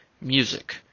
music